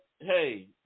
hey